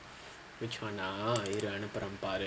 which [one] ah இரு அனுப்புறேன் பாரு:iru anuppuraen paaru